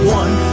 one